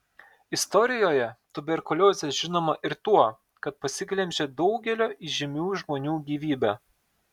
istorijoje tuberkuliozė žinoma ir tuo kad pasiglemžė daugelio įžymių žmonių gyvybę